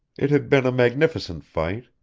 it had been a magnificent fight.